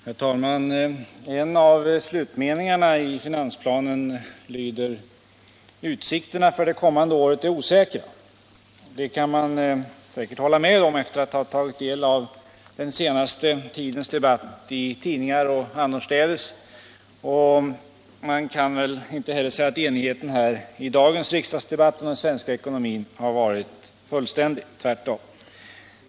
Herr talman! En av slutmeningarna i finansplanen lyder: Utsikterna för det kommande året är osäkra. Det kan man hålla med om efter att ha tagit del av den senaste tidens debatt i tidningar och annorstädes, och man kan väl inte heller säga att enigheten i dagens riksdagsdebatt om den svenska ekonomin har varit fullständig, tvärtom.